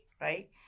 right